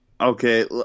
Okay